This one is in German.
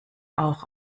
auch